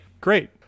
great